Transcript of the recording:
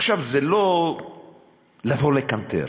עכשיו, זה לא לבוא לקנטר,